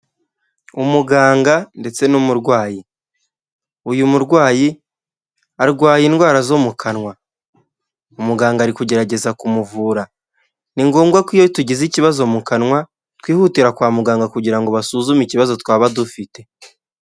Umuganga ndetse n'umurwayi uyu murwayi arwaye indwara zo mu kanwa umuganga ari kugerageza kumuvura ni ngombwa ko iyo tugize ikibazo mu kanwa twihutira kwa muganga kugira ngo basuzume ikibazo twaba dufite.